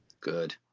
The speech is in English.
Good